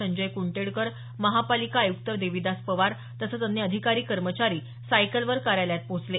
संजय कुंडेटकर महापालिका आयुक्त देविदास पवार तसंच अन्य अधिकारी कर्मचारी सायकलवर कार्यालयात पोहचले